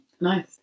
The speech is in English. Nice